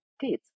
kids